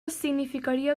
significaria